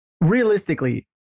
realistically